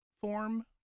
form